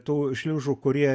tų šliužų kurie